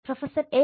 professor A